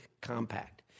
compact